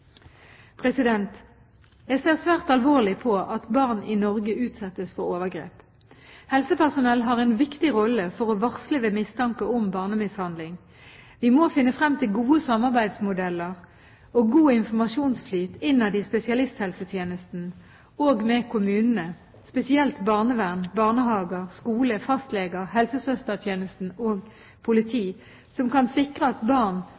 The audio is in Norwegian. Jeg ser svært alvorlig på at barn i Norge utsettes for overgrep. Helsepersonell har en viktig rolle for å varsle ved mistanke om barnemishandling. Vi må finne frem til gode samarbeidsmodeller og god informasjonsflyt innad i spesialisthelsetjenesten og med kommunene, spesielt barnevern, barnehager, skole, fastleger, helsesøstertjenesten og politi, som kan sikre at barn